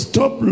Stop